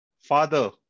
Father